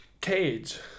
Cage